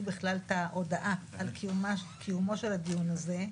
בכלל את ההודעה על קיומו של הדיון הזה,